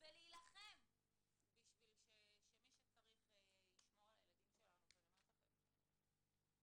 להילחם בשביל שמי שצריך ישמור על הילדים שלנו ואני אומרת לכם שזה,